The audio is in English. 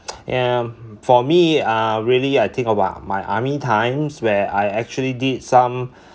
yeah for me uh really I think about my army times when I actually did some